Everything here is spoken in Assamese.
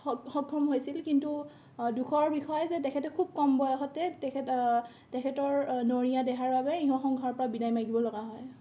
স সক্ষম হৈছিল কিন্তু দুখৰ বিষয় যে তেখেতে খুব কম বয়সতে তেখেত তেখেতৰ নৰিয়া দেহাৰ বাবে ইহ সংসাৰৰ পৰা বিদায় মাগিব লগা হয়